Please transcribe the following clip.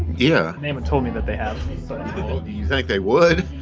yeah they haven't told me that they have do you think they would?